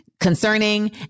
concerning